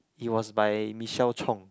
it was by Michelle Chong